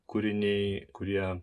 kūriniai kurie